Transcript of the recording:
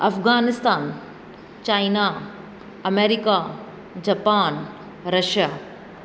Afghanistan China America Japan Russia